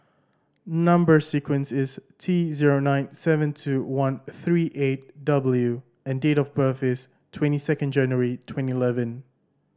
number sequence is T zero nine seven two one three eight W and date of birth is twenty second January twenty eleven